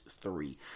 three